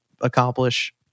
accomplish